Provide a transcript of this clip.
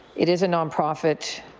it is a nonprofit,